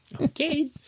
Okay